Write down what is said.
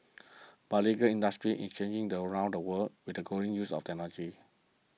but the legal industry is changing the around the world with the growing use of